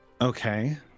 Okay